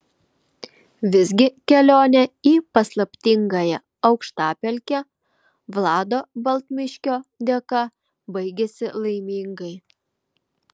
visgi kelionė į paslaptingąją aukštapelkę vlado baltmiškio dėka baigėsi laimingai